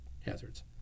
hazards